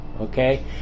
okay